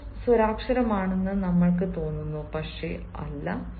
ഇതൊരു സ്വരാക്ഷരമാണെന്ന് നമ്മൾക്ക് തോന്നുന്നു പക്ഷേ ഇല്ല